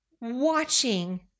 watching